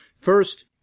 First